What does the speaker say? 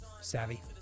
Savvy